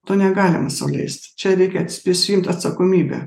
to negalima sau leisti čia reikia prisiimt atsakomybę